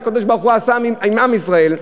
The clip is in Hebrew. שהקדוש-ברוך-הוא עשה עם ישראל,